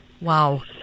Wow